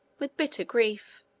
with bitter grief.